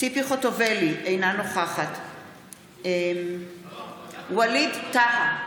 ציפי חוטובלי, אינה נוכחת ווליד טאהא,